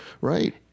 Right